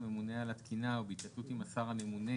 הממונה על התקינה ובהתייעצות עם השר הממונה